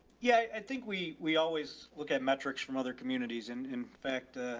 yeah, i think we we always look at metrics from other communities in, in fact, ah,